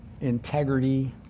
integrity